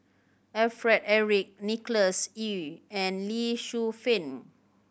Alfred Eric Nicholas Ee and Lee Shu Fen